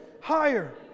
Higher